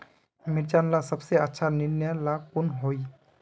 मिर्चन ला सबसे अच्छा निर्णय ला कुन होई?